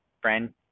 friend